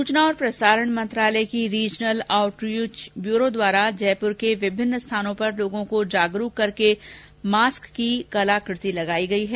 सूचना और प्रसारण मंत्रालय के रीजनल आउटरीच ब्यूरो द्वारा जयपुर के विभिन्न स्थानों पर लोगों को जागरूक करने के लिए मास्क की कलाकृति लगायी गयी है